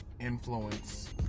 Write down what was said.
influence